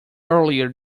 earlier